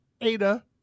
Ada